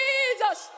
Jesus